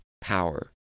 power